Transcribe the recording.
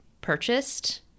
purchased